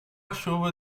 chuva